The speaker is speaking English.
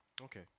Okay